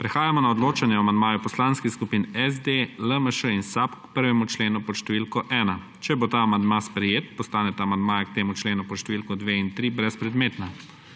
Prehajamo na odločanje o amandmaju poslanskih skupin SD, LMŠ in SAB k 1. členu pod številko 1. Če bo ta amandma sprejet, postaneta amandmaja k temu členu pod številko 2 in 3 brezpredmetna.